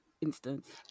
instance